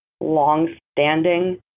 long-standing